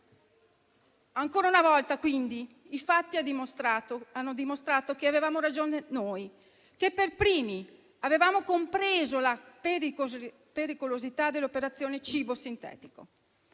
Ancora una volta, quindi, i fatti hanno dimostrato che avevamo ragione noi, che per primi avevamo compreso la pericolosità dell'operazione cibo sintetico.